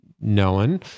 known